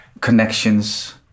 connections